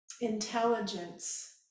intelligence